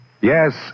Yes